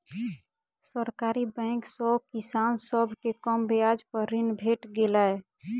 सरकारी बैंक सॅ किसान सभ के कम ब्याज पर ऋण भेट गेलै